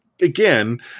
Again